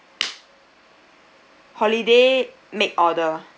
holiday make order